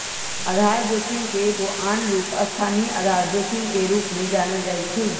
आधार जोखिम के एगो आन रूप स्थानीय आधार जोखिम के रूप में जानल जाइ छै